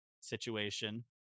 situation